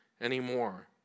anymore